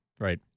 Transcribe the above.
Right